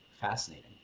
fascinating